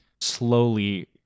slowly